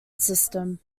system